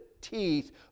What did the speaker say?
teeth